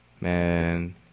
Man